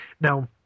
Now